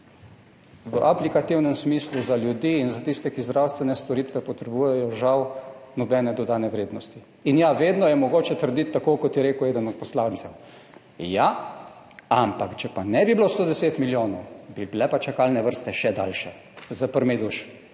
v aplikativnem smislu za ljudi in za tiste, ki zdravstvene storitve potrebujejo, nobene dodane vrednosti. In ja, vedno je mogoče trditi, tako kot je rekel eden od poslancev: ja, ampak če pa ne bi bilo 110milijonov, bi bile pa čakalne vrste še daljše. Za prmejduš,